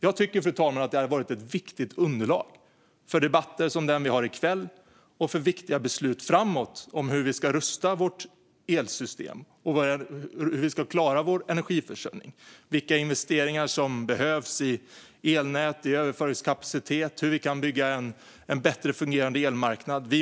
Jag tycker, fru talman, att detta hade varit ett viktigt underlag för debatter som den vi har i kväll och för viktiga beslut framöver om hur vi ska rusta vårt elsystem och klara vår energiförsörjning, om vilka investeringar som behövs i elnät och överföringskapacitet och om hur vi kan bygga en bättre fungerande elmarknad.